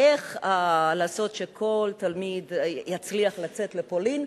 איך לעשות שכל תלמיד יצליח לצאת לפולין,